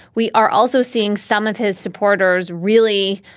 we are also seeing some of his supporters, really.